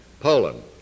Poland